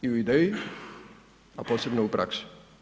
I u ideji a posebno u praksi.